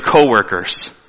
coworkers